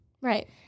Right